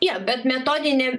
jo bet metodinė